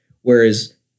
Whereas